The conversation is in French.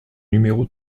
numéro